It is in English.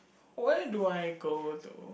where do I go though